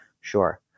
Sure